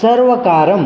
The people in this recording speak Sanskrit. सर्वकारं